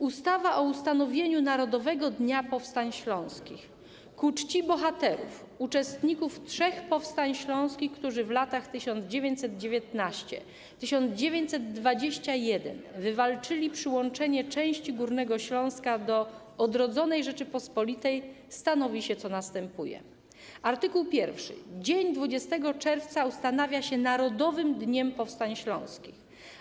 Ustawa o ustanowieniu Narodowego Dnia Powstań Śląskich Ku czci bohaterów - uczestników trzech Powstań Śląskich, którzy w latach 1919-1921 wywalczyli przyłączenie części Górnego Śląska do odrodzonej Rzeczypospolitej, stanowi się, co następuje: Art. 1. Dzień 20 czerwca ustanawia się Narodowym Dniem Powstań Śląskich.